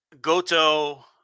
Goto